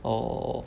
orh